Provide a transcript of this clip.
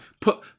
put